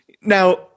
Now